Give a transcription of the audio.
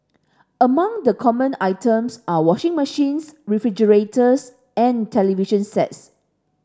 among the common items are washing machines refrigerators and television sets